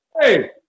Hey